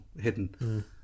hidden